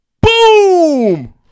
boom